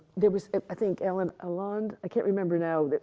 there was i think alan aland. i can't remember now.